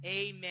amen